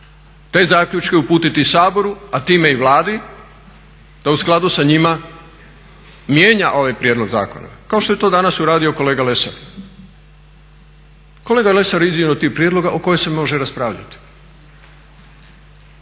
te zaključke uputiti Saboru a time i Vladi da u skladu sa njima mijenja ovaj prijedlog zakona. Kao što je to danas uradio kolega Lesar. Kolega Lesar iznio je tri prijedloga o kojima se može raspravljati.